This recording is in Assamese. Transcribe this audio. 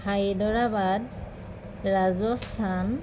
হায়দৰাবাদ ৰাজস্থান